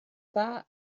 that